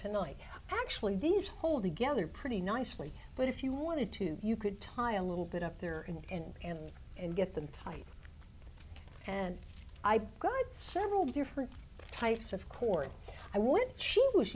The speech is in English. tonight actually these hold together pretty nicely but if you wanted to you could tie a little bit up there and and and and get them tight and i've got several different types of cord i w